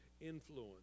influence